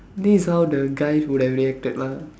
this how the guys would have reacted lah